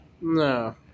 No